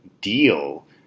deal